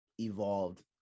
evolved